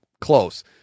close